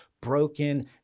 broken